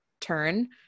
turn